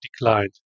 declined